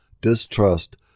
distrust